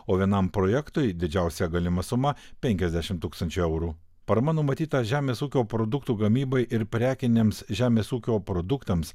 o vienam projektui didžiausia galima suma penkiasdešim tūkstančių eurų parama numatyta žemės ūkio produktų gamybai ir prekiniams žemės ūkio produktams